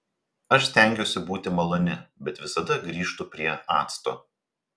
aš stengiuosi būti maloni bet visada grįžtu prie acto